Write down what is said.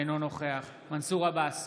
אינו נוכח מנסור עבאס,